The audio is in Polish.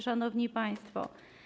Szanowni Państwo!